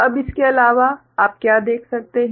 अब इसके अलावा आप क्या देख सकते हैं